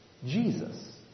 Jesus